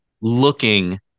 looking